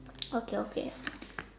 okay okay